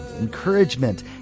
encouragement